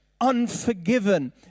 unforgiven